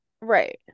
Right